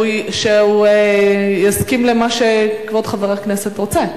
שהוא יסכים למה שכבוד חבר הכנסת רוצה.